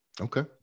okay